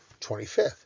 25th